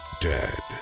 dead